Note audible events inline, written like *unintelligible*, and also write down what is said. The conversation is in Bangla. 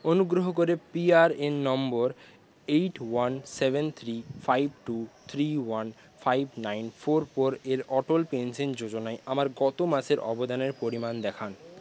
*unintelligible* অনুগ্রহ করে পি আর এ এন নম্বর eight one seven three five two three one five nine four four এর অটল পেনশন যোজনায় আমার গত মাসের অবদানের *unintelligible* পরিমাণ দেখান